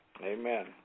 Amen